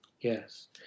Yes